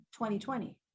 2020